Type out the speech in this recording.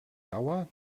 dauer